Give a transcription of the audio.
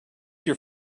your